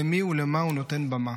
למי ולמה הוא נותן במה.